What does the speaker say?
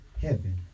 heaven